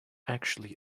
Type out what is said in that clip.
actually